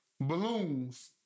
balloons